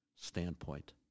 standpoint